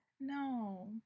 No